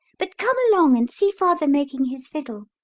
but come along and see father making his fiddle.